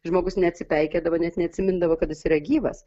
žmogus neatsipeikėdavo net neatsimindavo kad jis yra gyvas